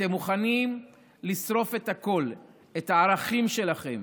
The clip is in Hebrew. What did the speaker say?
אתם מוכנים לשרוף את הכול: את הערכים שלכם,